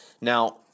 Now